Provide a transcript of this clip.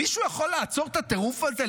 מישהו יכול לעצור את הטירוף הזה?